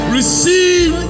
Receive